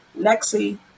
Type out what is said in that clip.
lexi